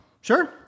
Sure